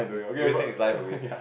wasting his life away